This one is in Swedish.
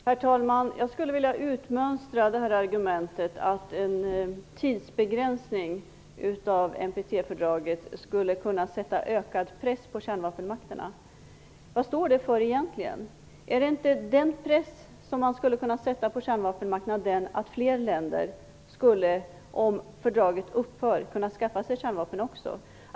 Herr talman! Jag skulle vilja utmönstra argumentet att en tidsbegränsning av NPT skulle kunna sätta ökad press på kärnvapenmakterna. Vad står det egentligen för? Består inte den press som kan sättas på kärnvapenmakterna i att fler länder skulle kunna skaffa sig kärnvapen, om fördraget upphör?